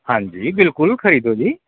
हां जी बिलकुल खरीदो जी